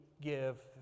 give